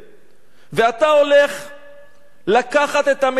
ואתה הולך לקחת את המדליה הזאת,